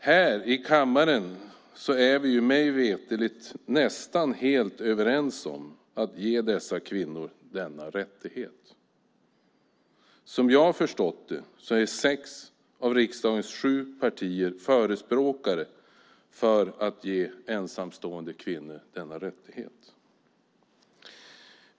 Här i kammaren är vi mig veterligt nästan helt överens om att ge dessa kvinnor denna rättighet. Som jag förstått det är sex av riksdagens sju partier förespråkare för att ge ensamstående kvinnor denna rättighet.